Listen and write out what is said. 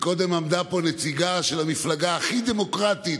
קודם עמדה פה נציגה של המפלגה הכי דמוקרטית,